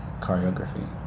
choreography